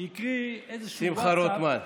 הקריא איזשהו ווטסאפ, שמחה רוטמן,